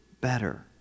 better